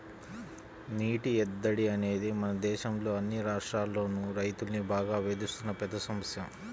నీటి ఎద్దడి అనేది మన దేశంలో అన్ని రాష్ట్రాల్లోనూ రైతుల్ని బాగా వేధిస్తున్న పెద్ద సమస్య